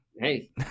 Hey